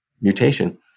mutation